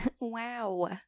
Wow